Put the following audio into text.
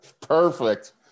Perfect